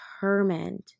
determined